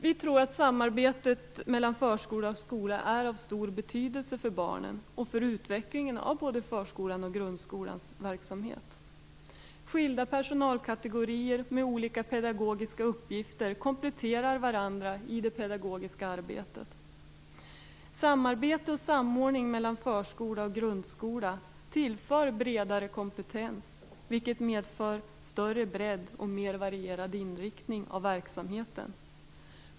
Vi tror att samarbetet mellan förskola och skola är av stor betydelse för barnen och för utvecklingen av både förskolans och grundskolans verksamhet. Skilda personalkategorier med olika pedagogiska uppgifter kompletterar varandra i det pedagogiska arbetet. Samarbete och samordning mellan förskola och grundskola tillför bredare kompetens, vilket medför större bredd och mer varierad inriktning av verksamheten.